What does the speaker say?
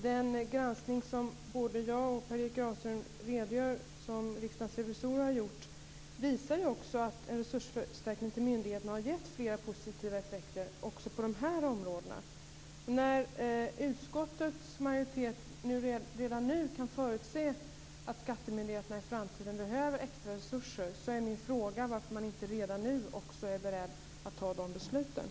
Den granskning som riksdagsrevisorerna har gjort visar att förstärkningar till myndigheterna har gett flera positiva effekter också på dessa områden. När utskottets majoritet redan nu kan förutse att skattemyndigheterna i framtiden behöver mera resurser är min fråga varför man inte nu också är beredd att fatta de besluten.